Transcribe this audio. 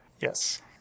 yes